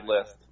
list